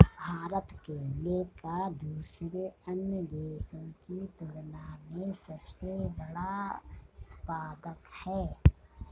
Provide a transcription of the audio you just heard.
भारत केले का दूसरे अन्य देशों की तुलना में सबसे बड़ा उत्पादक है